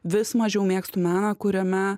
vis mažiau mėgstu meną kuriame